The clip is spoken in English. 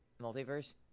multiverse